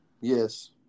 Yes